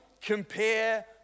compare